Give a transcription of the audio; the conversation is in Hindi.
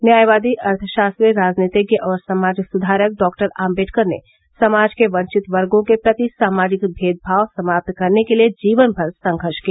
न्यायवादी अर्थेशास्त्री राजनीतिज्ञ और समाज सुधारक डॉक्टर आम्बेडकर ने समाज के वचित वर्गो के प्रति सामाजिक भेदभाव समाप्त करने के लिए जीवनभर संघर्ष किया